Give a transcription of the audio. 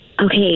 okay